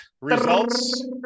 Results